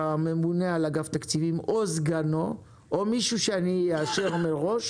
הממונה על אגף התקציבים או סגנו או מישהו שאאשר מראש,